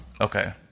Okay